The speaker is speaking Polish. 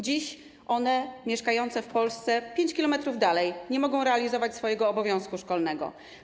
Dziś dzieci mieszkające w Polsce, 5 km dalej, nie mogą realizować swojego obowiązku szkolnego.